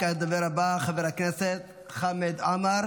כעת הדובר הבא, חבר הכנסת חמד עמאר